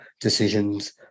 decisions